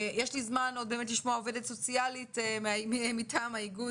יש לי זמן לשמוע עובדת סוציאלית מטעם האיגוד.